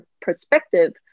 perspective